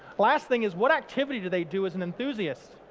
last thing is what activity do they do as an enthusiast?